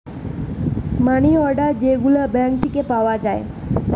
মানি order যে গুলা bank থিকে পাওয়া যায়